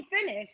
finish